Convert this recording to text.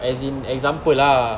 as in example ah